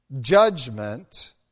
judgment